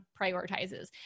prioritizes